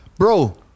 Bro